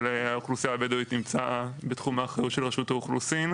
האוכלוסייה הבדואית נמצא בתחום האחריות של רשות האוכלוסין.